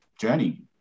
journey